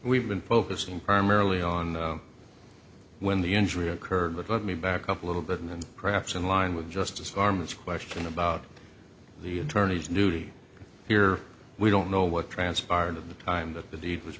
we've been focusing primarily on when the injury occurred but let me back up a little bit and perhaps in line with justice garments question about the attorney's duty here we don't know what transpired at the time that the deed